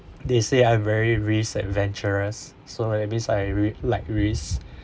they say I'm very risk adventurous so maybe I re~ like risk